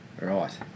Right